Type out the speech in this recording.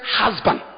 husband